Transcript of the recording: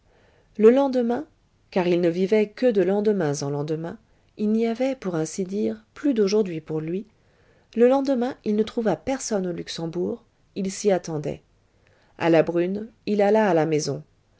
le lendemain car il ne vivait que de lendemains en lendemains il n'y avait pour ainsi dire plus d'aujourd'hui pour lui le lendemain il ne trouva personne au luxembourg il s'y attendait à la brune il alla à la maison